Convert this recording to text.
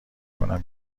کنم